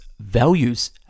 Values